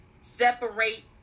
separate